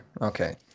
Okay